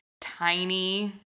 tiny